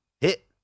hit